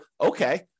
okay